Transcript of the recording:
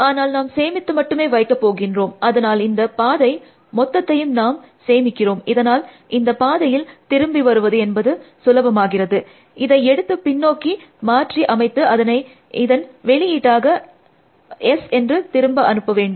ஆனால் நாம் சேமித்து மட்டுமே வைக்க போகின்றோம் அதனால் இந்த பாதை மொத்தத்தையும் நாம் சேமிக்கிறோம் இதனால் இந்த பாதையில் திரும்பி வருவது என்பது சுலபமாகிறது இதை எடுத்து பின்னோக்கி மாற்றி அமைத்து அதனை இதன் வெளியீட்டாக S என்று திரும்ப அனுப்ப வேண்டும்